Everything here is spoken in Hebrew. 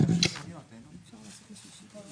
כרגע